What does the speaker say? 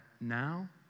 now